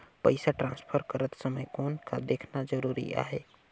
पइसा ट्रांसफर करत समय कौन का देखना ज़रूरी आहे?